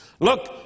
Look